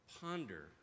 ponder